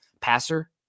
passer